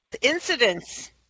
Incidents